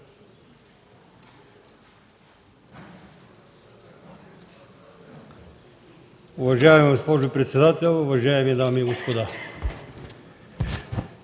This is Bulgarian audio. Уважаема госпожо председател, уважаеми дами и господа!